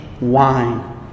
wine